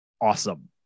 awesome